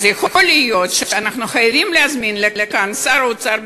אז יכול להיות שאנחנו חייבים להזמין לכאן את שר האוצר,